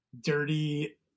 dirty